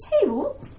table